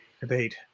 debate